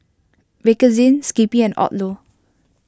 Bakerzin Skippy and Odlo